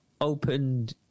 opened